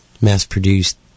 mass-produced